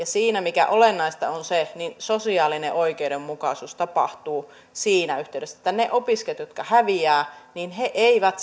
siinä olennaista on se että sosiaalinen oikeudenmukaisuus tapahtuu siinä yhteydessä että ne opiskelijat jotka häviävät eivät